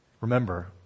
Remember